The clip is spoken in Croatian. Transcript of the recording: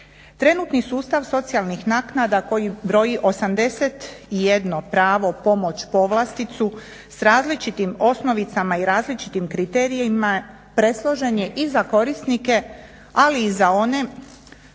Trenutni sustav socijalnih naknada koji broji 81 pravo, pomoć, povlasticu sa različitim osnovicama i različitim kriterijima presložen je i za korisnike ali i za one